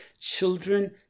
Children